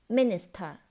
Minister